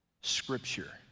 scripture